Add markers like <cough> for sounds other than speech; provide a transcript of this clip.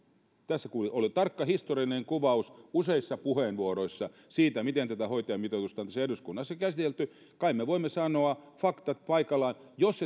tässä oli tarkka historiallinen kuvaus useissa puheenvuoroissa siitä miten tätä hoitajamitoitusta on tässä eduskunnassa käsitelty kai me voimme sanoa faktat paikalleen jos <unintelligible>